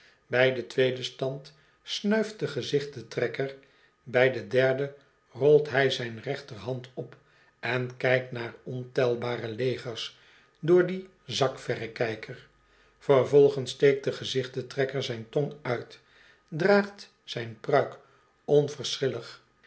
bij den tweeden stand snuift de gezichten trekker bij den derden rolt hij zijn rechterhand op en kijkt naar ontelbare legers door dien zakverrekijker vervolgens steekt de gezichten trekker zijn tong uit draagt zijn pruik